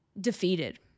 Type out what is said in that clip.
defeated